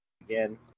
again